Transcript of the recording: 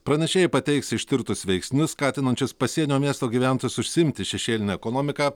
pranešėjai pateiks ištirtus veiksnius skatinančius pasienio miesto gyventojus užsiimti šešėline ekonomika